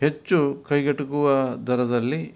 ಹೆಚ್ಚು ಕೈಗೆಟಕುವ ದರದಲ್ಲಿ